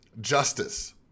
justice